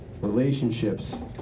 relationships